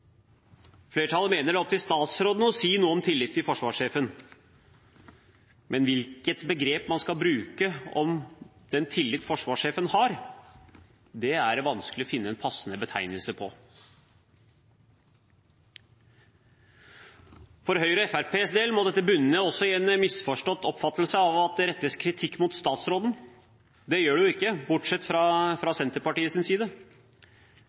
Flertallet mener at det er opp til statsråden å si noe om tillit til forsvarssjefen, men hvilket begrep man skal bruke om den tillit forsvarssjefen har, er det vanskelig å finne en passende betegnelse for. For Høyres og Fremskrittspartiets del må dette bunne i en misforstått oppfatning av at det rettes kritikk mot statsråden. Det gjør det jo ikke, bortsett fra fra Senterpartiets side.